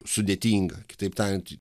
sudėtinga kitaip tariant